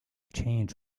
change